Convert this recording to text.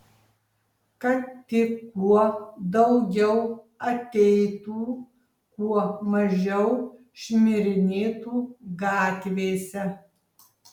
kad tik kuo daugiau ateitų kuo mažiau šmirinėtų gatvėse